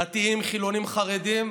דתיים, חילונים, חרדים.